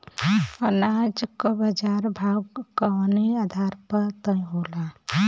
अनाज क बाजार भाव कवने आधार पर तय होला?